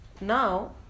Now